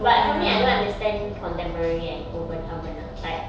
but for me I don't understand contemporary and urban urban lah like